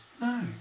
no